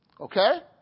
Okay